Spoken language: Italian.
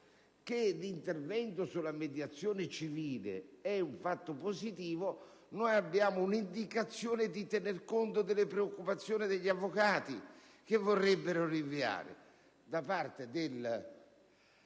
che l'intervento sulla mediazione civile è un fatto positivo, si danno indicazioni volte a tener conto delle preoccupazioni degli avvocati, che vorrebbero rinviare.